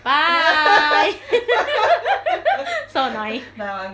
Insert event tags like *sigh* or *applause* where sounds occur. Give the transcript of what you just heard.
bye *laughs* so annoying *breath*